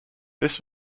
this